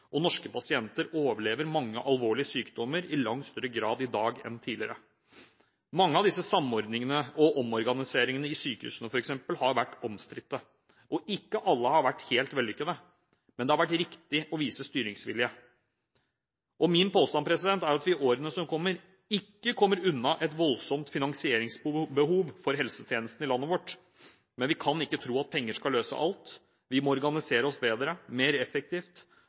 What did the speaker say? og behandlinger. Og norske pasienter overlever mange alvorlige sykdommer i langt større grad i dag enn tidligere. Mange av disse samordningene og omorganiseringene i sykehusene har vært omstridte, og ikke alle har vært helt vellykkede. Men det har vært riktig å vise styringsvilje. Min påstand er at vi i årene som kommer, ikke kommer unna et voldsomt finansieringsbehov for helsetjenestene i landet vårt. Men vi kan ikke tro at penger skal løse alt, vi må organisere oss bedre, mer effektivt